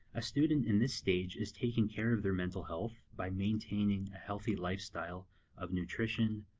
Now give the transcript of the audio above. ah student in this stage is taking care of their mental health by maintaining ah healthy lifestyle of nutrition,